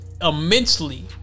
immensely